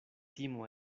timo